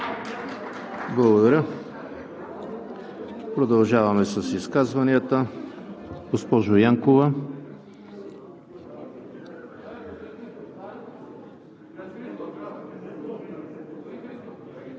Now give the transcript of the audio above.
Благодаря. Продължаваме с изказванията. Госпожо Янкова.